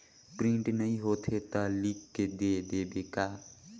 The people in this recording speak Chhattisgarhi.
प्रिंट नइ होथे ता लिख के दे देबे का?